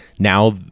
now